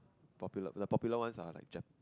popular the popular one's are like Jap